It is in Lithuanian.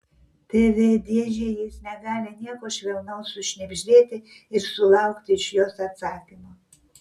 tv dėžei jis negali nieko švelnaus sušnibždėti ir sulaukti iš jos atsakymo